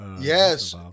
Yes